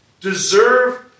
deserve